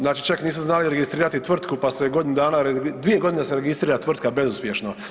Znači čak nisu znali registrirati tvrtku, pa su je godinu dana, dvije godine se registrira tvrtka bezuspješno.